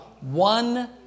One